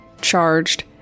charged